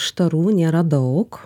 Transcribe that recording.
štarų nėra daug